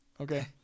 Okay